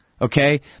okay